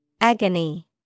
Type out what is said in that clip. Agony